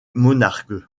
monarque